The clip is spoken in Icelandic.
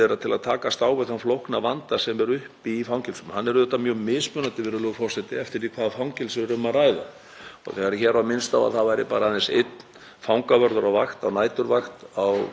fangavörður á vakt á næturvakt á Kvíabryggju, en Kvíabryggja er opið fangelsi og það er mjög lítið um að það þurfi valdbeitingu eða annað á þeim vettvangi. Við erum með annað slíkt á Sogni